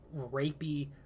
rapey